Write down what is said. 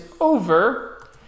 over